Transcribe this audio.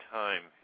time